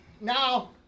now